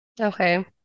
okay